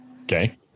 Okay